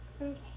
Okay